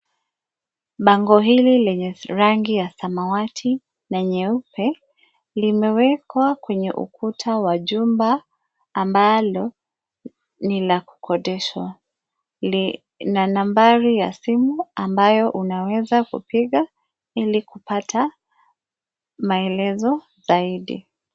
Bango hili lenye rangi ya samawati na nyeupe limewekwa kwenye ukuta wa jumba ambalo ni la kukondishwa lina nambari ya simu ambayo unaweza kupiga ili kupata maelezo zaidi.